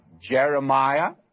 Jeremiah